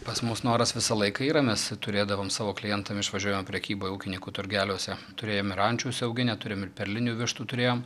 pas mus noras visą laiką yra mes turėdavom savo klientam išvažiuoja prekyba ūkininkų turgeliuose turėjom ir ančių užsiauginę turim ir perlinių vištų turėjom